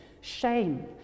shame